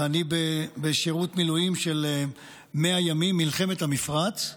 אני בשירות מילואים של 100 ימים, מלחמת המפרץ.